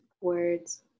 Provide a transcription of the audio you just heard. words